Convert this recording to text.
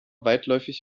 weitläufig